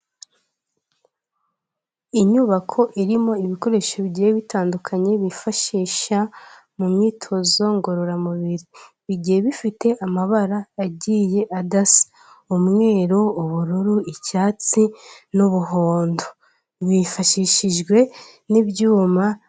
Inyubako irimo ibikoresho bigiye bitandukanye bifashisha mu myitozo ngororamubiri, bigiye bifite amabara agiye adasa umweru, ubururu, icyatsi n'umuhondo, bifashishijwe n'ibyuma.